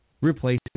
Replacement